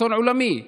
אסון עולמי,